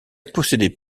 possédait